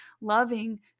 loving